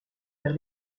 vers